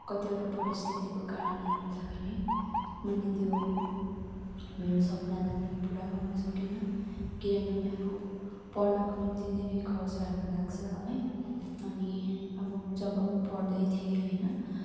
कतिवटा परिस्थितिको कारणले गर्दाखेरि मैले त्यो मेरो सपनालाई मैले पुरा गर्न सकिनँ किनभने अब पढ्नको निम्ति धेरै खर्चहरू लाग्छ है अनि अब जब म पढ्दै थिएँ होइन